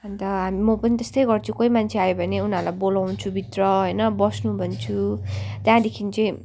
अन्त हाम म पनि त्यस्तै गर्छु कोही मान्छे आयो भने उनीहरूलाई बोलाउँछु भित्र होइन बस्नु भन्छु त्यहाँदेखि चाहिँ